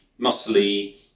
muscly